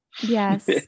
yes